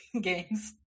games